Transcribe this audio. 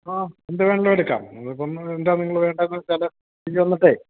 ആ എന്തു വേണമെങ്കിലും എടുക്കാം നിങ്ങളിപ്പോള് എന്താണ് നിങ്ങള് വേണ്ടതെന്നുവച്ചാല് ഇങ്ങു വന്നിട്ടേ